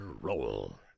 roll